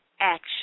action